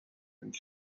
and